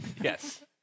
Yes